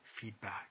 feedback